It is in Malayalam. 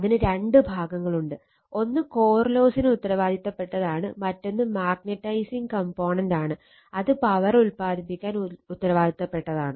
അതിന് രണ്ട് ഭാഗങ്ങളുണ്ട് ഒന്ന് കോർ ലോസിന് ഉത്തരവാദിത്തപ്പെട്ടതാണ് മറ്റൊന്ന് മാഗ്നട്ടൈസിംഗ് കംപോണന്റ് ആണ് അത് പവർ ഉൽപാദിപ്പിക്കാൻ ഉത്തരവാദിത്തപ്പെട്ടതാണ്